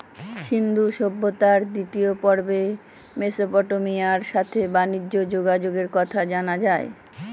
সিন্ধু সভ্যতার দ্বিতীয় পর্বে মেসোপটেমিয়ার সাথে বানিজ্যে যোগাযোগের কথা জানা যায়